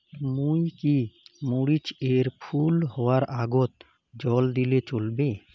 মুই কি মরিচ এর ফুল হাওয়ার আগত জল দিলে চলবে?